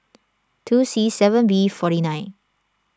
two C seven B forty nine